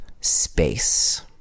space